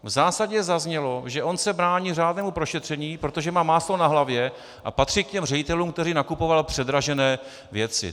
V zásadě zaznělo, že on se brání řádnému prošetření, protože má máslo na hlavě a patří k těm ředitelům, kteří nakupovali předražené věci.